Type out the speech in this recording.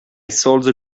sold